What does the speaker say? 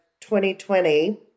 2020